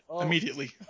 immediately